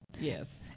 yes